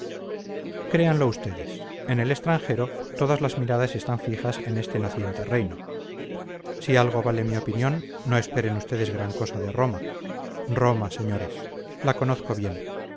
créanlo ustedes en el extranjero todas las miradas están fijas en este naciente reino si algo vale mi opinión no esperen ustedes gran cosa de roma roma señores la conozco bien